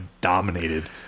dominated